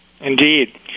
Indeed